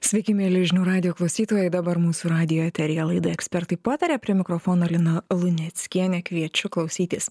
sveiki mieli žinių radijo klausytojai dabar mūsų radijo eteryje laida ekspertai pataria prie mikrofono lina luneckienė kviečiu klausytis